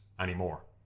anymore